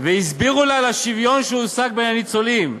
והסבירו לה על השוויון שהושג בין הניצולים.